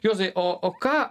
juozai o o ką